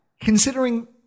considering